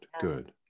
good